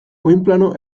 oinplano